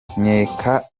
nkeka